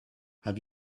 have